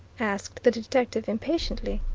asked the detective impatiently.